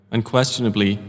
Unquestionably